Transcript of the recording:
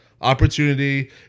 opportunity